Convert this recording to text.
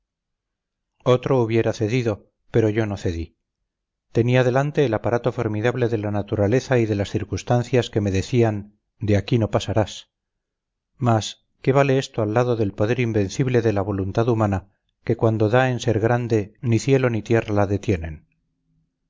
hubiera cedido pero yo no cedí tenía delante el aparato formidable de la naturaleza y de las circunstancias que me decían de aquí no pasarás mas qué vale esto al lado del poder invencible de la voluntad humana que cuando da en ser grande ni cielo ni tierra la detienen